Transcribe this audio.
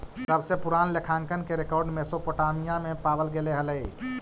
सबसे पूरान लेखांकन के रेकॉर्ड मेसोपोटामिया में पावल गेले हलइ